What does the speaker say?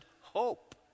hope